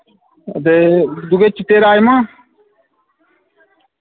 हां ते दुए चिट्टे राइमा